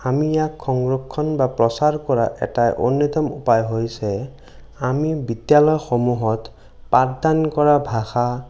আমি ইয়াক সংৰক্ষণ কৰা বা প্ৰচাৰ কৰাৰ এটা অন্যতম উপায় হৈছে আমি বিদ্যালয়সমূহত পাঠদান কৰা ভাষা